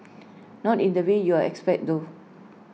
not in the way you're expect though